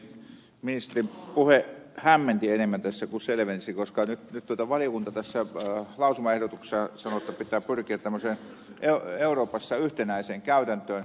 ministerin puhe hämmensi tässä enemmän kuin selvensi koska nyt valiokunta lausumaehdotuksessa sanoo jotta pitää pyrkiä euroopassa tämmöiseen yhtenäiseen käytäntöön